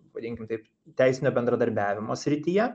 vadinkim taip teisinio bendradarbiavimo srityje